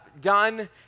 done